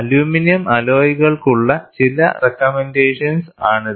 aluminium അലോയ്കൾക്കുള്ള ചില recommendations ആണിത്